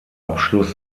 abschluss